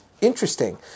interesting